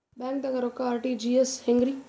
ಬ್ಯಾಂಕ್ದಾಗ ರೊಕ್ಕ ಆರ್.ಟಿ.ಜಿ.ಎಸ್ ಹೆಂಗ್ರಿ?